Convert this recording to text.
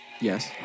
Yes